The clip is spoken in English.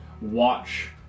watch